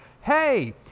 hey